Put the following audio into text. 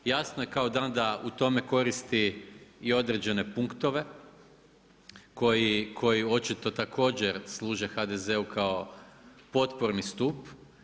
Jasno je kao dan, da u tome koristi i određene punktove, koji očito također služe HDZ-u kao potporni stup.